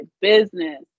business